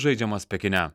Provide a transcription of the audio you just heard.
žaidžiamas pekine